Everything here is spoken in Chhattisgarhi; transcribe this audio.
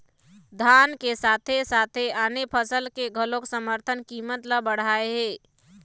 धान के साथे साथे आने फसल के घलोक समरथन कीमत ल बड़हाए हे